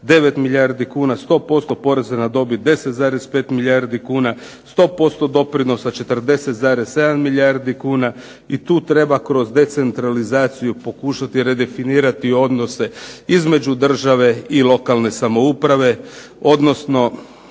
9 milijardi kuna, 100% poreza na dobit 10,5 milijardi kuna, 100% doprinosa 40,7 milijardi kuna. I tu treba kroz decentralizaciju pokušati redefinirati odnose između države i lokalne samouprave odnosno